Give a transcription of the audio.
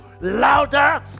louder